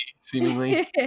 seemingly